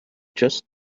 just